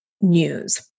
news